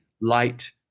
light